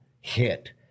hit